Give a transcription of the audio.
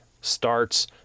starts